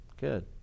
Good